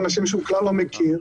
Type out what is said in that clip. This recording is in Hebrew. אנשים שהוא בכלל לא מכיר,